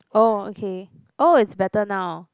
oh okay oh it's better now